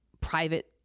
private